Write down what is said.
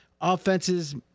offenses